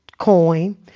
coin